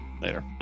later